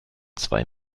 zwei